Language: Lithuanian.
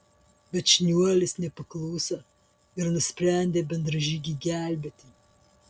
bet šniuolis nepakluso ir nusprendė bendražygį gelbėti